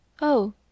Oh